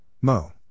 Mo